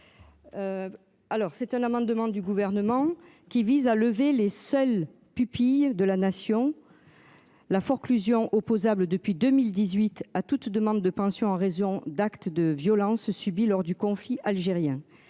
c'est un amendement du gouvernement qui vise à lever les seuls pupille de la nation. La forclusion opposable depuis 2018 à toute demande de pension en raison d'actes de violence subie lors du conflit algérien.